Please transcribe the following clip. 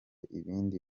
ibindi